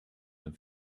and